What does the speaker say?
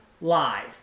live